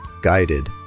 guided